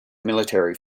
military